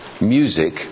music